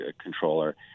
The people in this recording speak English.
controller